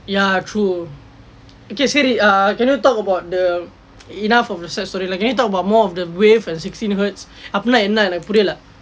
ya true okay sorry ah can you talk about the enough of sad story can you talk about more of the wave and sixteen hertzs அப்படினா என்ன எனக்கு புரியல:appadinaa enna enakku puriyila